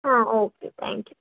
okay thank you